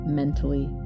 mentally